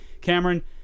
Cameron